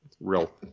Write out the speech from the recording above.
real